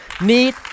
need